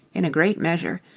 in a great measure,